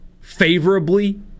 favorably